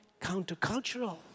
countercultural